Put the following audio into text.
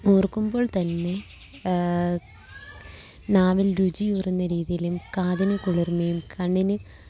ഓര്ക്കുമ്പോള്ത്തന്നെ നാവില് രുചിയൂറുന്ന രീതിയിലും കാതിന് കുളിര്മയും കണ്ണിന്